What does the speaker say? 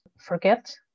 forget